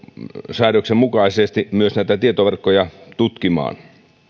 säädöksen mukaisesti myös näitä tietoverkkoja tutkimaan